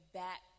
back